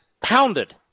pounded